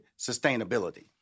sustainability